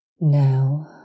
Now